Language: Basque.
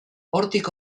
hortik